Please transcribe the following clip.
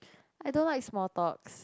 I don't like small talks